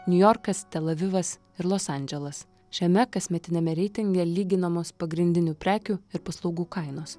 niujorkas tel avivas ir los andželas šiame kasmetiniame reitinge lyginamos pagrindinių prekių ir paslaugų kainos